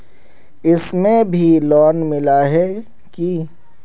इसमें भी लोन मिला है की